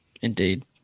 Indeed